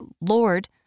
Lord